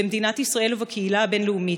במדינת ישראל ובקהילה הבין-לאומית,